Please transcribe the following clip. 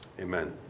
Amen